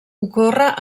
ocorre